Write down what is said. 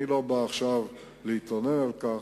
אני לא בא עכשיו להתלונן על כך,